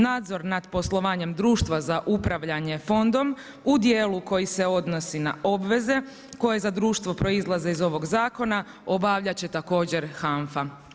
Nadzor nad poslovanjem društva za upravljanje fondom u djelu koji se odnosi na obveze koje za društvo proizlaze iz ovog zakona, obavljat će također HANFA.